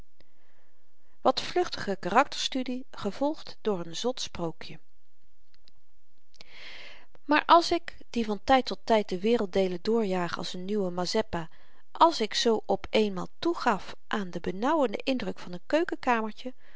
wat vluchtige karakterstudie gevolgd door n zot sprookje maar als ik die van tyd tot tyd de werelddeelen doorjaag als n nieuwe mazeppa als ik zoo op eenmaal toegaf aan den benauwenden indruk van n